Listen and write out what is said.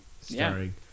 starring